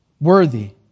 worthy